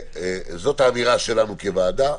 זאת האמירה שלנו כוועדה,